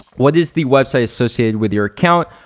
what is the website associated with your account?